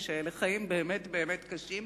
ואלה חיים באמת באמת קשים,